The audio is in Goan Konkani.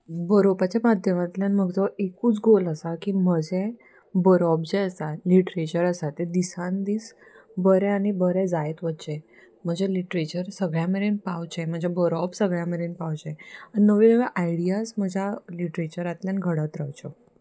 बरोवपाच्या माध्यमांतल्यान म्हजो एकूच गोल आसा की म्हजें बरोवप जें आसा लिट्रचर आसा ते दिसान दीस बरें आनी बरें जायत वचचें म्हजें लिट्रचर सगळ्या मेरेन पावचें म्हजें बरोवप सगळ्या मेरेन पावचें आनी नव्यो नव्यो आयडियास म्हज्या लिट्रेचरांतल्यान घडत रावच्यो